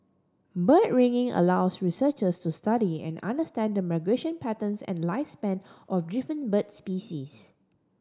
bird ringing allows researchers to study and understand the migration patterns and lifespan of different bird species